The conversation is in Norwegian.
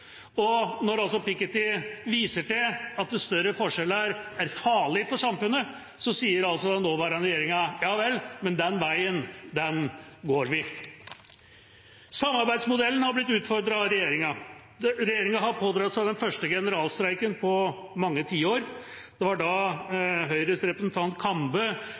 opprør. Når Piketty viser til at større forskjeller er farlig for samfunnet, sier den nåværende regjeringa: Ja vel, men den veien går vi. Samarbeidsmodellen har blitt utfordret av regjeringa. Regjeringa har pådratt seg den første generalstreiken på mange tiår. Det var da Høyres representant Kambe